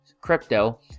crypto